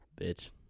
Bitch